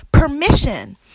permission